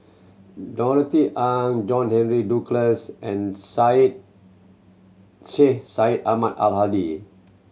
Norothy Ng John Henry Duclos and Syed Sheikh Syed Ahmad Al Hadi